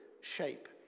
shape